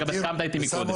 אתה גם הסכמת איתי מקודם.